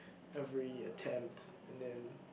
every attempt and then